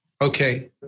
Okay